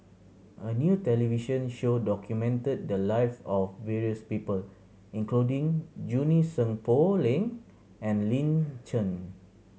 a new television show documented the live of various people including Junie Sng Poh Leng and Lin Chen